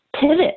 pivot